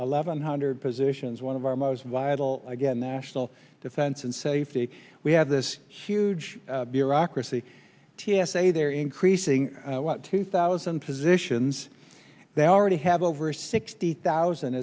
eleven hundred positions one of our most vital again national defense and safety we have this huge bureaucracy t s a they're increasing two thousand positions they already have over sixty thousand